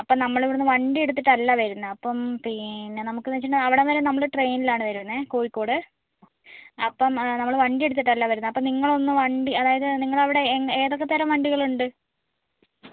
അപ്പം നമ്മൾ ഇവിടുന്ന് വണ്ടി എടുത്തിട്ടല്ല വരുന്നത് അപ്പം പിന്നെ നമുക്കെന്ന് വെച്ചിട്ടുണ്ടെങ്കിൽ അവിടം വരെ നമ്മൾ ട്രെയിനിലാണ് വരുന്നത് കോഴിക്കോട് അപ്പം നമ്മൾ വണ്ടി എടുത്തിട്ടല്ല വരുന്നത് അപ്പം നിങ്ങളൊന്ന് വണ്ടി അതായത് നിങ്ങൾ അവിടെ എങ്ങനെ ഏതൊക്കേ തരം വണ്ടികളുണ്ട്